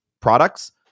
products